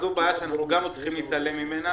זו בעיה שאנחנו גם לא צריכים להתעלם ממנה,